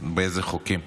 באיזה חוקים.